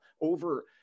over